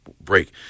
break